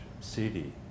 city